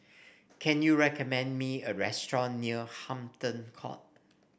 can you recommend me a restaurant near Hampton Court